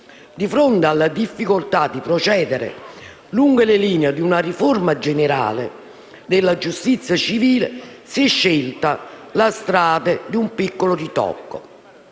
Di fronte alle difficoltà di procedere lungo le linee di una riforma generale della giustizia civile, si è scelta la strada di un piccolo ritocco,